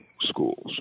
schools